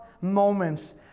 moments